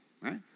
right